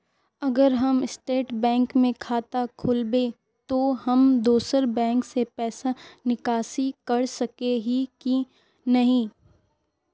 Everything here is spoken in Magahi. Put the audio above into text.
अगर हम स्टेट बैंक में खाता खोलबे तो हम दोसर बैंक से पैसा निकासी कर सके ही की नहीं?